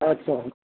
आस्सा